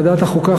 בוועדת החוקה,